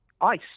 ICE